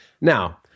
Now